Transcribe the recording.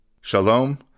Shalom